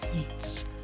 Eats